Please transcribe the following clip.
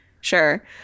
sure